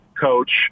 coach